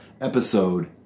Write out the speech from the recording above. episode